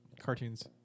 cartoons